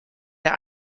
der